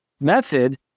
method